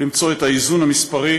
למצוא את האיזון המספרי